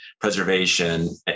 preservation